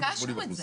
הרי ביקשנו את זה.